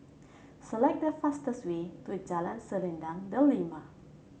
select the fastest way to Jalan Selendang Delima